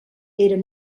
eren